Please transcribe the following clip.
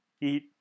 eat